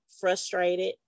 frustrated